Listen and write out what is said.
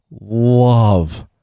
love